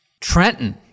Trenton